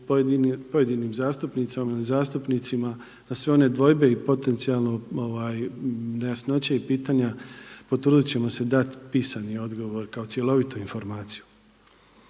pojedinim zastupnicama i zastupnicima za sve one dvojbe i potencijalno nejasnoće i pitanja potrudit ćemo se dat pisani odgovor kao cjelovitu informaciju.